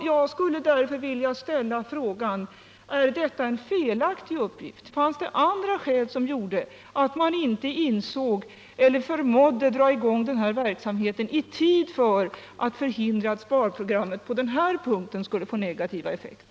Jag skulle därför vilja fråga: Är detta en felaktig uppgift? Fanns det andra skäl till att man inte insåg allvaret eller inte förmådde dra i gång denna verksamhet i tid för att förhindra att sparprogrammet på denna punkt skulle få negativa effekter?